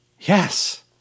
Yes